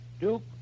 Duke